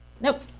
nope